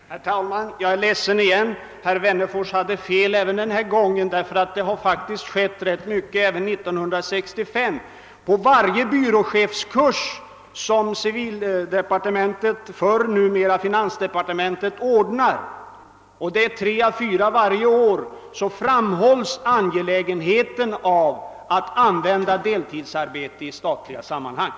Herr talman! Jag är ledsen igen; herr Wennerfors har fel även denna gång. Det skedde faktiskt rätt mycket även efter år 1965. På varje byråchefskurs som tidigare civildepartementet och numera finansdepartementet anordnar — det är tre å fyra kurser varje år — framhålles angelägenheten av att använda deltidsarbete i statliga sammanhang.